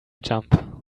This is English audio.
jump